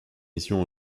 missions